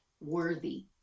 worthy